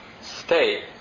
state